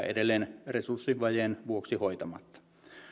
edelleen resurssivajeen vuoksi hoitamatta